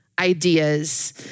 ideas